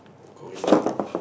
going to